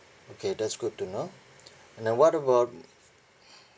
okay that's good to know now what about